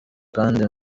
kandi